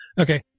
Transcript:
okay